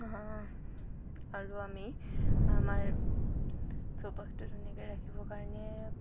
আৰু আমি আমাৰ চৌপাশটো ধুনীয়াকৈ ৰাখিব কাৰণে